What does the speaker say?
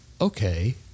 Okay